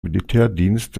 militärdienst